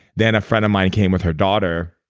then a friend of mine came with her daughter.